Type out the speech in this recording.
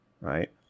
right